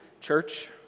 church